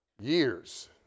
years